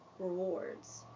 Rewards